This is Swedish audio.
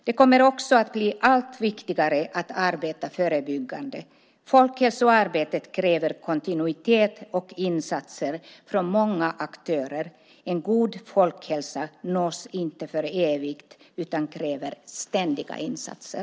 Det kommer också att bli allt viktigare att arbeta förebyggande. Folkhälsoarbetet kräver kontinuitet och insatser från många aktörer. En god folkhälsa nås inte för evigt, utan kräver ständiga insatser.